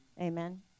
Amen